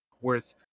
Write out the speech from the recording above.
worth